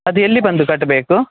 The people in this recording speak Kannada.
ಅದು ಎಲ್ಲಿ ಬಂದು ಕಟ್ಟಬೇಕು